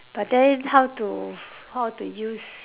but then how to how to use